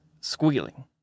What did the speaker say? squealing